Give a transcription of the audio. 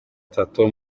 atatu